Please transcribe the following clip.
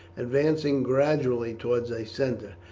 advancing gradually towards a centre.